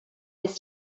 his